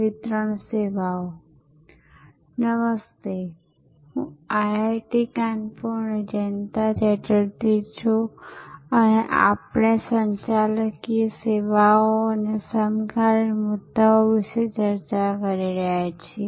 વિતરણ સેવાઓ નમસ્તે હું IIT કાનપુરની જયંતા ચેટર્જી છું અને આપણે સંચાલકીય સેવાઓ અને સમકાલીન મુદ્દાઓ વિશે ચર્ચા કરી રહ્યા છીએ